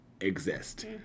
exist